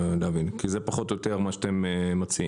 זה פחות או יותר מה שאתם מציעים.